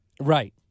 right